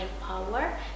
power